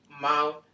mouth